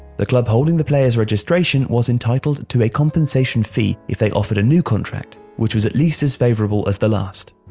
the club holding the player's registration was entitled to a compensation fee if they offered a new contract which was at least as favourable as the last.